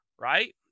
right